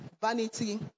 Vanity